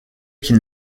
qu’il